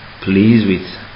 pleased